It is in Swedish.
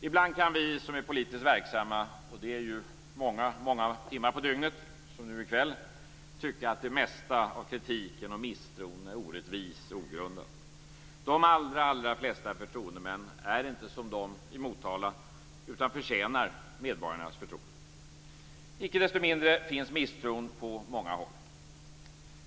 Ibland kan vi som är politiskt verksamma - det är ju många timmar på dygnet, som nu i kväll - tycka att det mesta av kritiken och misstron är orättvis och ogrundad. De allra flesta förtroendemän är inte som de i Motala, utan förtjänar medborgarnas förtroende. Icke desto mindre finns misstron på många håll.